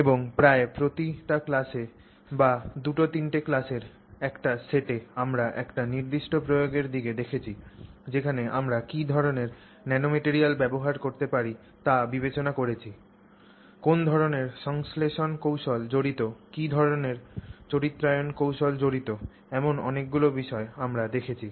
এবং প্রায় প্রতিটি ক্লাসে বা দুটি তিনটি ক্লাসের একটি সেটে আমরা একটি নির্দিষ্ট প্রয়োগের দিকে দেখেছি যেখানে আমরা কী ধরণের ন্যানোম্যাটরিয়াল ব্যবহার করতে পারি তা বিবেচনা করেছি কোন ধরনের সংশ্লেষণ কৌশল জড়িত কী ধরণের চরিত্রায়ন কৌশল জড়িত এমন অনেকগুলি বিষয় আমরা দেখেছি